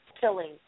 killing